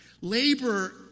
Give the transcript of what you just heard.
Labor